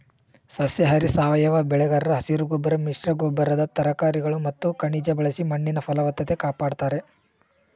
ಸಸ್ಯಾಹಾರಿ ಸಾವಯವ ಬೆಳೆಗಾರರು ಹಸಿರುಗೊಬ್ಬರ ಮಿಶ್ರಗೊಬ್ಬರದ ತರಕಾರಿಗಳು ಮತ್ತು ಖನಿಜ ಬಳಸಿ ಮಣ್ಣಿನ ಫಲವತ್ತತೆ ಕಾಪಡ್ತಾರೆ